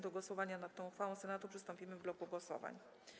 Do głosowania nad tą uchwałą Senatu przystąpimy w bloku głosowań.